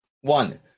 One